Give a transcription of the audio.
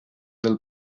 del